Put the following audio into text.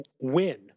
win